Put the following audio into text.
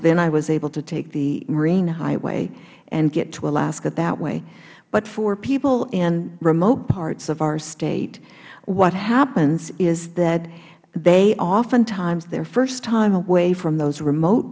then i was able to take the marine highway and get to alaska that way but for people in remote parts of our state what happens is that oftentimes their first time away from those remote